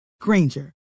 Granger